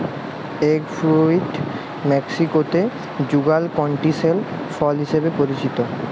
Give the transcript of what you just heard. egg fruit মেক্সিকোতে যুগাল ক্যান্টিসেল ফল হিসেবে পরিচিত